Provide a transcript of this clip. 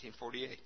1948